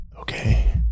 okay